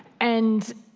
and